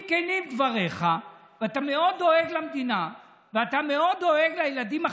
אם כנים דבריך ואתה מאוד דואג למדינה ואתה מאוד דואג לילדים החרדים,